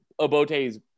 Obote's